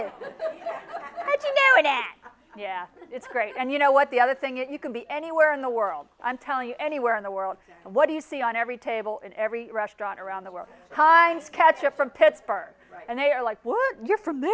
you yeah it's great and you know what the other thing is you can be anywhere in the world i'm telling you anywhere in the world and what do you see on every table in every restaurant around the world high catch up from pittsburgh and they are like what you're from there